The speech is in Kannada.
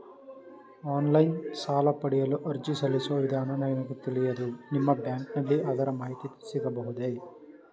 ಆನ್ಲೈನ್ ಸಾಲ ಪಡೆಯಲು ಅರ್ಜಿ ಸಲ್ಲಿಸುವ ವಿಧಾನ ನನಗೆ ತಿಳಿಯದು ನಿಮ್ಮ ಬ್ಯಾಂಕಿನಲ್ಲಿ ಅದರ ಮಾಹಿತಿ ಸಿಗಬಹುದೇ?